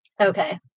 Okay